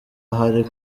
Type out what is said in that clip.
hari